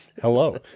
Hello